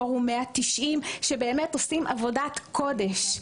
פורום 190 שעושים עבודת קודש.